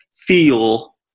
feel